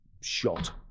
shot